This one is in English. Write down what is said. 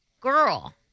girl